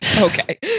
okay